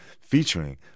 featuring